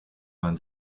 vingt